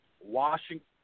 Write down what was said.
Washington